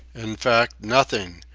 in fact, nothing,